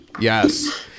yes